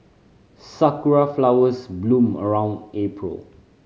sakura flowers bloom around April